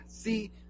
See